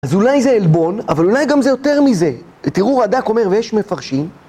אז אולי זה עלבון, אבל אולי גם זה יותר מזה. תראו רדאק אומר ויש מפרשים.